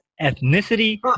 ethnicity